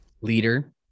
leader